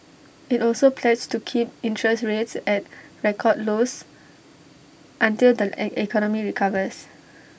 IT also pledged to keep interest rates at record lows until the economy recovers